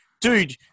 dude –